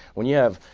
when you have